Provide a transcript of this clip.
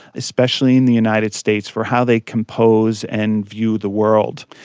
especially in the united states, for how they compose and view the world.